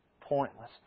Pointless